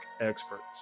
experts